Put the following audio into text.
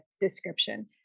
description